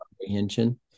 Comprehension